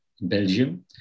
Belgium